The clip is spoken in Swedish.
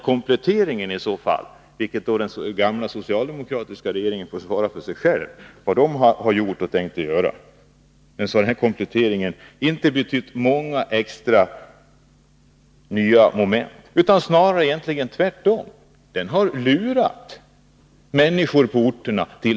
Den gamla socialdemokratiska regeringen får svara för sig själv — vad den har gjort och tänkt göra. Såvitt jag kan se har den här kompletteringen inte betytt många nya moment. Den har egentligen snarare lurat människor på orterna.